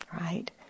right